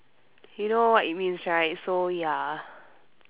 you know what it means right so ya